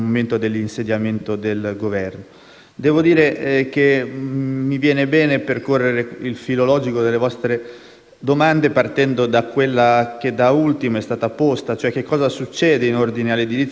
Devo dire che mi viene bene percorrere il filo logico delle vostre domande partendo da quella che è stata posta da ultimo, cioè cosa succede in ordine all'edilizia giudiziaria all'indomani degli accorpamenti.